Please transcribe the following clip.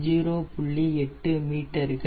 8 மீட்டர்கள்